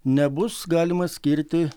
nebus galima skirti